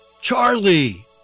Charlie